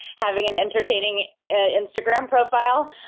having an entertaining ah instagram profile.